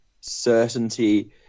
certainty